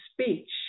speech